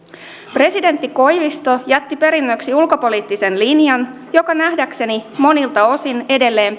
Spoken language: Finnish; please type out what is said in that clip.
presidentti koivisto jätti perinnöksi ulkopoliittisen linjan joka nähdäkseni monilta osin edelleen